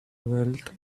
wealth